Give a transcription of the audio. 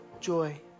joy